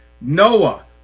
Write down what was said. Noah